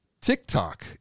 TikTok